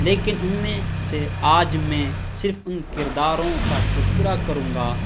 لیکن ان میں سے آج میں صرف ان کرداروں کا تذکرہ کروں گا